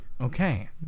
Okay